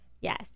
Yes